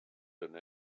and